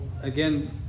again